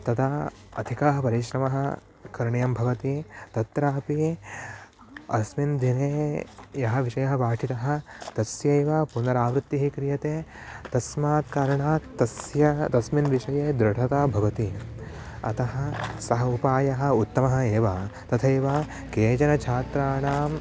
तदा अधिकः परिश्रमः करणीयं भवति तत्रापि अस्मिन् दिने यः विषयः पाठितः तस्यैव पुनरावृत्तिः क्रियते तस्मात् कारणात् तस्य तस्मिन् विषये दृढता भवति अतः सः उपायः उत्तमः एव तथैव केचन छात्राणाम्